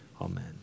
amen